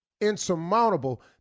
insurmountable